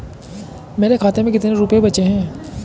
मेरे खाते में कितने रुपये बचे हैं?